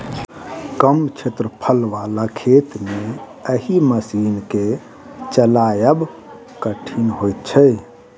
कम क्षेत्रफल बला खेत मे एहि मशीन के चलायब कठिन होइत छै